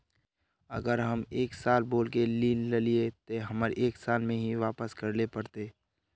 अगर हम एक साल बोल के ऋण लालिये ते हमरा एक साल में ही वापस करले पड़ते?